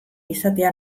izatea